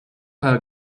have